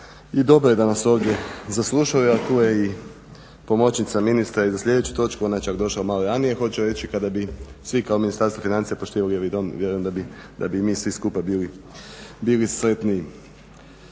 i dobro je da nas ovdje saslušao a tu i je i pomoćnica ministra i za sljedeću točku, ona je čak došla malo ranije. Hoću reći kada bi svi kao u Ministarstvu financija poštivali ovaj Dom, vjerujem da bi i mi svi skupa bili sretniji.